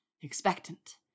expectant